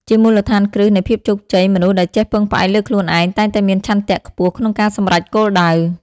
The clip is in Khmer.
ជាមូលដ្ឋានគ្រឹះនៃភាពជោគជ័យមនុស្សដែលចេះពឹងផ្អែកលើខ្លួនឯង តែងតែមានឆន្ទៈខ្ពស់ក្នុងការសម្រេចគោលដៅ។